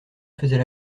faisait